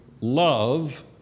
love